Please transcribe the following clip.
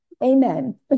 Amen